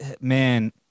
man